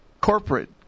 corporate